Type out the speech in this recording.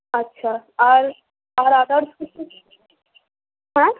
আচ্ছা আর আর আদার্স কিছু হ্যাঁ